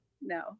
No